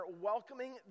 welcoming